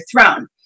throne